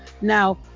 Now